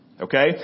okay